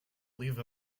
leave